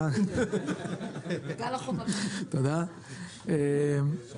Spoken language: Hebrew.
- לרשום